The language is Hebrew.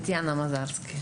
בבקשה.